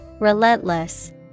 Relentless